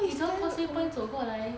你从 causeway point 走过来